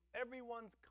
everyone's